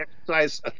exercise